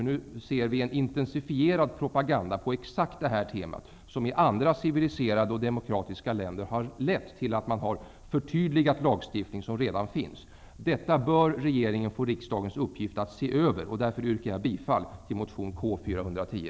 Nu ser vi ju en intensifierad propaganda på exakt det här temat, som i andra civiliserade och demokratiska länder har lett till att man förtydligat lagstiftning som redan finns. Regeringen bör av riksdagen få i uppgift att se över detta. Därför yrkar jag bifall till motion 1991/92:K410.